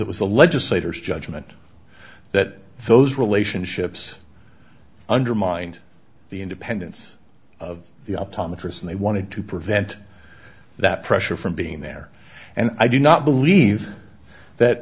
it was the legislators judgment that those relationships undermined the independence of the optometrist and they wanted to prevent that pressure from being there and i do not believe that